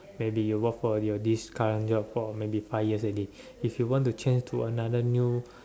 maybe you work for your this current job for maybe five years already if you want to change to another new